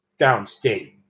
downstate